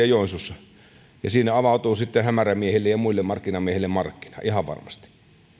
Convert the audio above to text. joensuussa ja siinä avautuu sitten hämärämiehille ja muille markkinamiehille markkina ihan varmasti